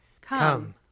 Come